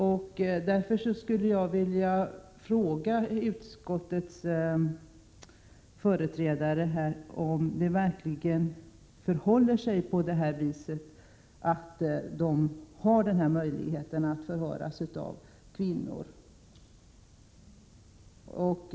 Jag skulle vilja fråga utskottets företrädare om det verkligen är så att de kvinnliga asylsökande har denna möjlighet att förhöras av kvinnor.